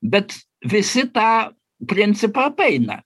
bet visi tą principą apeina